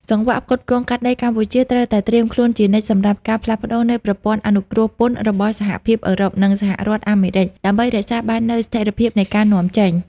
សង្វាក់ផ្គត់ផ្គង់កាត់ដេរកម្ពុជាត្រូវតែត្រៀមខ្លួនជានិច្ចសម្រាប់ការផ្លាស់ប្តូរនៃប្រព័ន្ធអនុគ្រោះពន្ធរបស់សហភាពអឺរ៉ុប និងសហរដ្ឋអាមេរិក ដើម្បីរក្សាបាននូវស្ថិរភាពនៃការនាំចេញ។